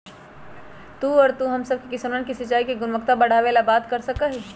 तू और हम सब किसनवन से सिंचाई के गुणवत्ता बढ़ावे ला बात कर सका ही